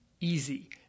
easy